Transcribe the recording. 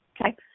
okay